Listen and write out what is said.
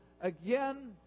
again